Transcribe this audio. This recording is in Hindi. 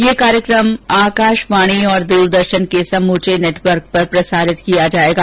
यह कार्यक्रम आकाशवाणी और दूरदर्शन के समूचे नेटवर्क पर प्रसारित किया जाएगा